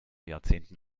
jahrzehnten